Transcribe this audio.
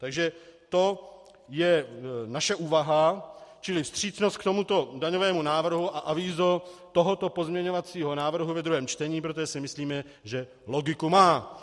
Takže to je naše úvaha, čili vstřícnost k tomuto daňovému návrhu a avizo tohoto pozměňovacího návrhu ve druhém čtení, protože si myslíme, že logiku má.